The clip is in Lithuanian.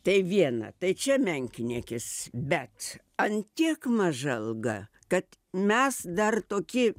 tai viena tai čia menkniekis bet ant tiek maža alga kad mes dar toki